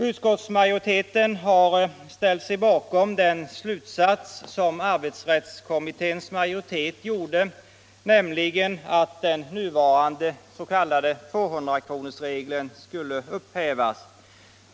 Utskottsmajoriteten har ställt sig bakom den slutsats som arbetsrättskommitténs majoritet drog, nämligen att den nuvarande s.k. 200-kronorsregeln skulle upphävas.